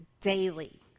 daily